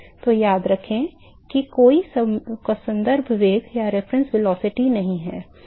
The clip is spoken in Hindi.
तो याद रखें कि कोई संदर्भ वेग नहीं है